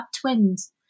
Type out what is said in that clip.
twins